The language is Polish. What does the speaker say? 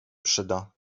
przyda